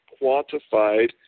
quantified